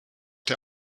der